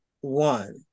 one